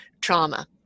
trauma